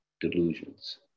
delusions